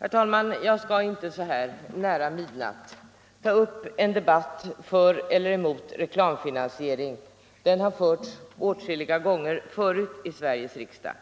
Herr talman! Jag skall inte så här nära midnatt ta upp en debatt för eller emot reklamfinansiering. Den debatten har förts åtskilliga gånger förr i Sveriges riksdag.